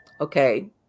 Okay